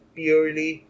purely